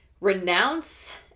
renounce